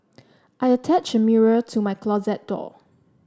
I attached a mirror to my closet door